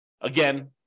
Again